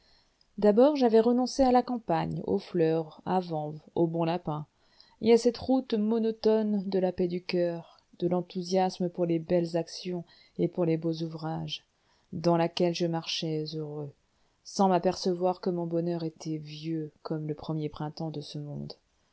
d'abord j'avais renoncé à la campagne aux fleurs à vanves au bon lapin et à cette route monotone de la paix du coeur de l'enthousiasme pour les belles actions et pour les beaux ouvrages dans laquelle je marchais heureux sans m'apercevoir que mon bonheur était vieux comme le premier printemps de ce monde